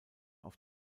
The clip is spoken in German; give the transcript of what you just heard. auf